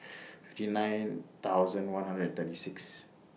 fifty nine thousand one hundred and thirty six